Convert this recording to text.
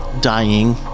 Dying